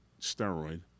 steroid